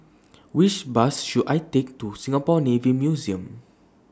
Which Bus should I Take to Singapore Navy Museum